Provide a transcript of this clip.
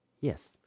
Yes